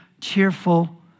cheerful